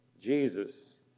Jesus